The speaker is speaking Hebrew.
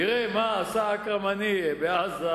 תראה מה עשה אכרם הנייה בעזה